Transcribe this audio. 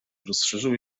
rozszerzyły